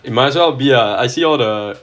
might as well be ah I see all the